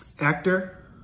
actor